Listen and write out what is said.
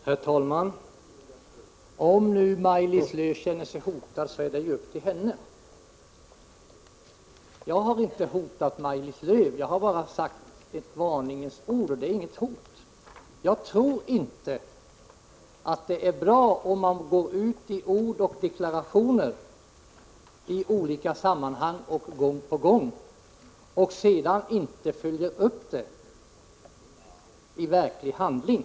Herr talman! Om nu Maj-Lis Lööw känner sig hotad så får det stå för henne själv. Jag har inte hotat Maj-Lis Lööw. Jag har bara sagt ett varningens ord, och det är inget hot. Jag tror inte att det är bra om man går ut i ord och deklarationer i olika sammanhang och sedan gång på gång underlåter att följa dem i verklig handling.